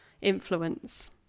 influence